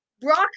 Brock